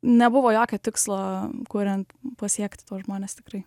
nebuvo jokio tikslo kuriant pasiekti tuos žmones tikrai